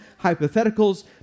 hypotheticals